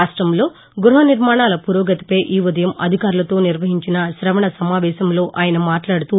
రాష్టంలో గృహ నిర్మాణాల పురోగతిపై ఈ ఉదయం అధికారులతో నిర్వహించిన శవణ సమావేశంలో ఆయన మాట్లాడుతూ